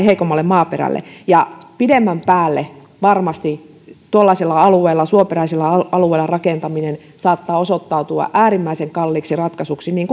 heikommalle maaperälle pidemmän päälle varmasti tuollaisella suoperäisellä alueella rakentaminen saattaa osoittautua äärimmäisen kalliiksi ratkaisuksi niin